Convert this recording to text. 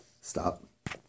Stop